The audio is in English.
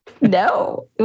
No